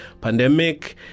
pandemic